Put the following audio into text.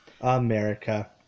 America